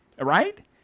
right